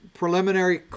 preliminary